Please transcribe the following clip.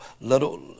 little